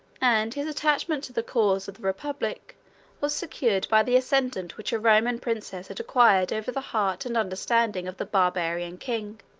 and his attachment to the cause of the republic was secured by the ascendant which a roman princess had acquired over the heart and understanding of the barbarian king.